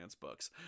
books